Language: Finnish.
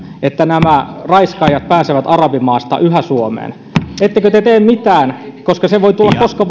että nämä raiskaajat pääsevät yhä arabimaista suomeen ettekö te tee mitään se aalto voi tulla koska